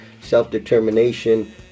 self-determination